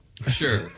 Sure